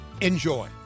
Enjoy